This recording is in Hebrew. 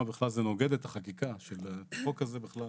בכלל זה נוגד את החקיקה של החוק הזה בכלל.